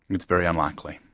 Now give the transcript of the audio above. it's very unlikely.